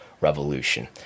Revolution